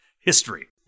History